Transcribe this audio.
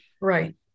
Right